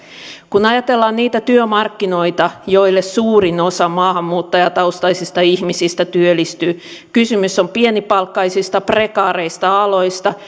kun ajatellaan niitä työmarkkinoita joille suurin osa maahanmuuttajataustaisista ihmisistä työllistyy kysymys on pienipalkkaisista prekaareista aloista